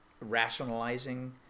rationalizing